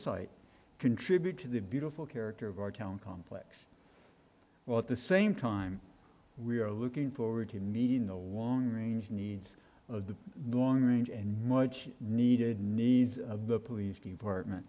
site contribute to the beautiful character of our town complex well at the same time we are looking forward to meeting the long range needs of the long range and much needed needs of the police department